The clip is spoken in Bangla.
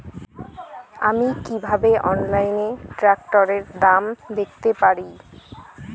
আমি কিভাবে অনলাইনে ট্রাক্টরের দাম দেখতে পারি?